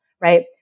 Right